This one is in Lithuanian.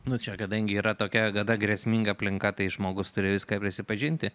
nu čia kadangi yra tokia gana grėsminga aplinka tai žmogus turi viską prisipažinti